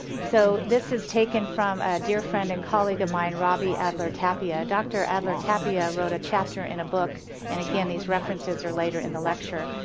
so this is taken from a dear friend and colleague of mine robby adler tapia, dr. adler tapia wrote a chapter in a book and again these references are later in the lecture.